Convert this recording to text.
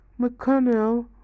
McConnell